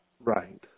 Right